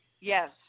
Yes